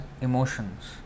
emotions